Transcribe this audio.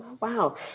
Wow